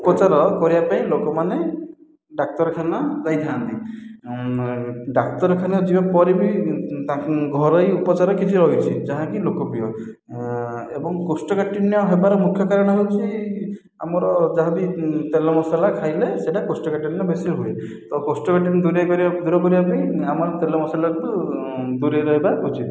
ଉପଚାର କରିବାପାଇଁ ଲୋକମାନେ ଡାକ୍ତରଖାନା ଯାଇଥାନ୍ତି ଡାକ୍ତରଖାନା ଯିବା ପରେ ବି ତା ଘରୋଇ ଉପଚାର କିଛି ରହିଛି ଯାହାକି ଲୋକପ୍ରିୟ ଏବଂ କୋଷ୍ଠକାଠିନ୍ୟ ହେବାର ମୁଖ୍ୟ କାରଣ ହେଉଛି ଆମର ଯାହାବି ତେଲମସଲା ଖାଇଲେ ସେଟା କୋଷ୍ଠକାଠିନ୍ୟ ବେଶି ହୁଏ ତ କୋଷ୍ଠକାଠିନ୍ୟ ଦୂର କରିବାପାଇଁ ଆମର ତେଲ ମସଲା ଠୁ ଦୂରାଇ ରହିବା ଉଚିତ